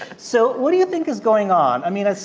so what do you think is going on? i mean,